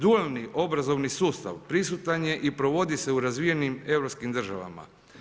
Dualni obrazovni sustav prisutan je i provodi se u razvijenim europskim državama.